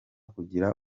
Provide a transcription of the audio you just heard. kugira